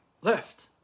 left